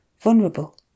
vulnerable